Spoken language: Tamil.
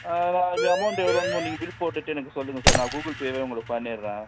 ஆ அதுக்கு அமௌண்ட் எவ்வளோன்னு நீங்கள் பில் போட்டுவிட்டு எனக்கு சொல்லுங்கள் சார் நான் கூகுள்பேவே உங்களுக்கு பண்ணிடுறேன்